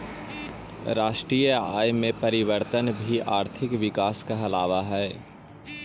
राष्ट्रीय आय में परिवर्तन भी आर्थिक विकास कहलावऽ हइ